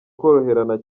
koroherana